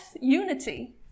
unity